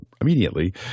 immediately